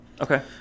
Okay